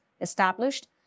established